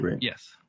yes